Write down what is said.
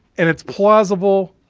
and it's plausible,